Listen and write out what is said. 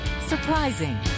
Surprising